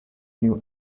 new